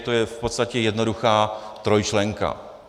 To je v podstatě jednoduchá trojčlenka.